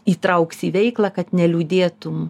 įtrauks į veiklą kad neliūdėtum